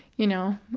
you know,